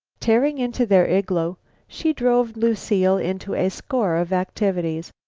tearing into their igloo she drove lucile into a score of activities.